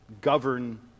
govern